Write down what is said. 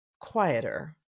quieter